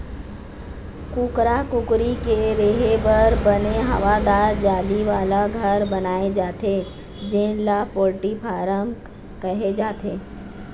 कुकरा कुकरी के रेहे बर बने हवादार जाली वाला घर बनाए जाथे जेन ल पोल्टी फारम कहे जाथे